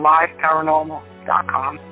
LiveParanormal.com